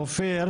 אופיר,